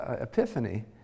epiphany